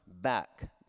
back